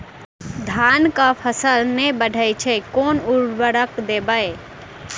धान कऽ फसल नै बढ़य छै केँ उर्वरक देबै?